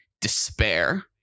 despair